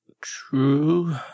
True